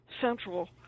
central